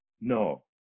No